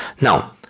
Now